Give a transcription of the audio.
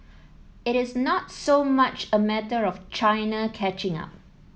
it is not so much a matter of China catching up